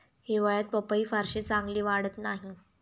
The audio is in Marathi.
हिवाळ्यात पपई फारशी चांगली वाढत नाही